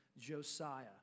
Josiah